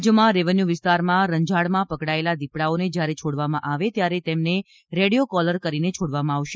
રાજ્યમાં રેવન્યુ વિસ્તારમાં રંજાડમાં પકડાયેલા દિપડાઓને જયારે છોડવામાં આવે ત્યારે તેમને રેડિયો કોલર કરીને છોડવામાં આવશે